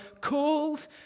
called